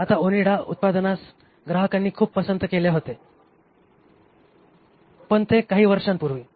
आता ओनिडा उत्पादनास ग्राहकांनी खूप पसंत केले होते पण ते काही वर्षांपूर्वी